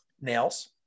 nails